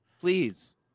Please